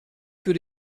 für